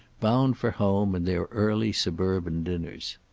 bound for home and their early suburban dinners.